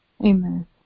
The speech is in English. Amen